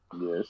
Yes